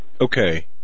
Okay